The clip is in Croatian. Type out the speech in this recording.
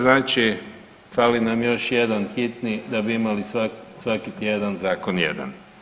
Znači, fali nam još jedan hitni da bi imali svaki tjedan zakon jedan.